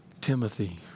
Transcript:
Timothy